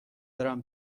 برم